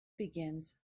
begins